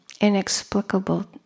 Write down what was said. inexplicable